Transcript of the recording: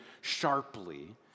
sharply